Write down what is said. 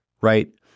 right